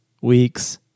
weeks